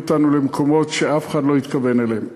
אותנו למקומות שאף אחד לא התכוון אליהם.